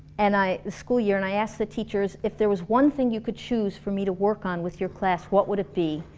and i the school year and i asked the teachers, if there was one thing you could choose for me to work on with your class, what would it be?